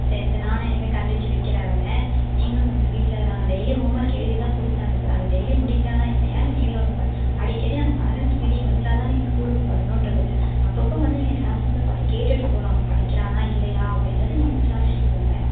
சரி சார் நானும் இனிமேல் கண்டித்து வைக்கிறேன் அவனை நீங்களும் கொஞ்சம் வீட்டில் நாங்கள் டெய்லியும் ஹோம் ஒர்க் எழுதி தான் கொடுத்து அனுப்புகிறேன் அதை டெய்லியும் முடிக்கிறானா இல்லையானு நீங்களும் வந்து அடிக்கடி நாங்கள் பேரன்ட்ஸ் மீட்டிங் வைச்சா தான் நீங்கள் ஸ்கூலுக்கு வரணும்கிறது இல்லை அப்பப்போ வந்து நீங்கள் க்ளாஸ் மிஸ்ஸை பார்த்து கேட்டுகிட்டு போகலாம் அவன் படிக்கிறானா இல்லையா அப்படின்றது நீங்கள் விசாரிச்சுட்டு போங்க